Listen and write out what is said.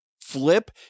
flip